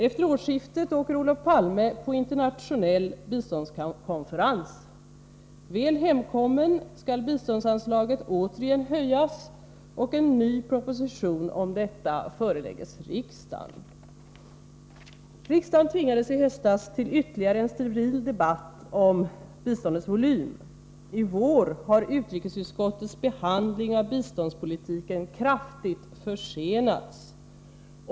Efter årsskiftet åker Olof Palme på en internationell biståndskonferens. Väl hemkommen förordar han att biståndsanslaget återigen skall höjas, och en ny proposition om detta skall föreläggas riksdagen. Riksdagen tvingades i höstas till ytterligare en steril debatt om biståndets volym. I vår har utrikesutskottets behandling av biståndspolitiken kraftigt försenats.